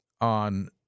on